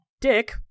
dick